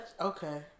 okay